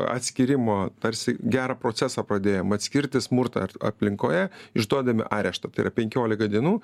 atskyrimo tarsi gerą procesą pradėjom atskirti smurtą ar aplinkoje išduodami areštą tai yra penkiolika dienų